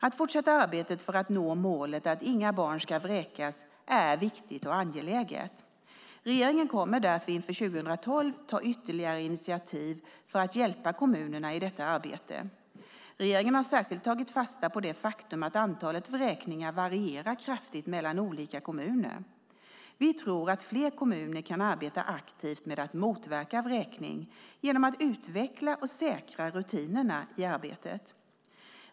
Att fortsätta arbetet för att nå målet att inga barn ska vräkas är viktigt och angeläget. Regeringen kommer därför att inför 2012 ta ytterligare initiativ för att hjälpa kommunerna i detta arbete. Regeringen har särskilt tagit fasta på det faktum att antalet vräkningar varierar kraftigt mellan olika kommuner. Vi tror att fler kommuner kan arbeta aktivt med att motverka vräkningar genom att utveckla och säkra rutinerna i arbetet.